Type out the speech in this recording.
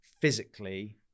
physically